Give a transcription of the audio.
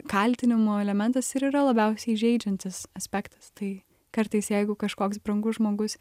kaltinimo elementas ir yra labiausiai žeidžiantis aspektas tai kartais jeigu kažkoks brangus žmogus